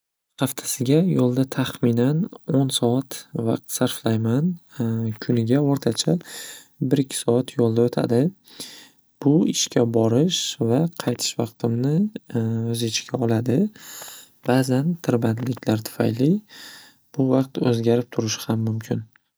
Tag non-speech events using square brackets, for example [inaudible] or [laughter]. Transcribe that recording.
Xaftasiga yo'lda tahminan o'n soat vaqt sarflayman. [hesitation] Kuniga o'rtacha bir ikki soat yo'lda o'tadi. Bu ishga borish va qaytish vaqtimni [hesitation] o'z ichiga oladi ba'zan tirbandliklar tufayli bu vaqt o'zgarib turishi ham mumkin.